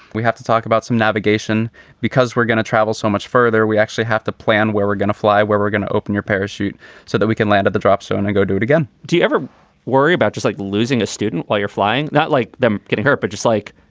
we have to talk about some navigation because we're going to travel so much further. we actually have to plan where we're gonna fly, where we're going to open your parachute so that we can land at the drop zone and go do it again do you ever worry about just like losing a student while you're flying? not like them get hurt, but just like,